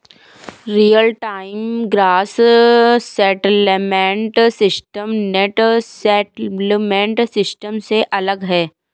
real time gross settlement system net settlement system से अलग है